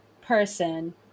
person